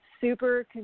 super